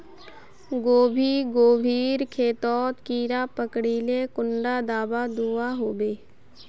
गोभी गोभिर खेतोत कीड़ा पकरिले कुंडा दाबा दुआहोबे?